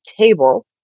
table